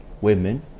women